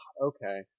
Okay